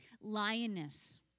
Lioness